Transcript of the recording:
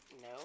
No